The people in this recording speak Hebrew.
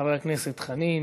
חבר הכנסת חנין,